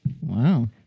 Wow